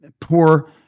poor